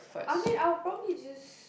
I mean I will probably just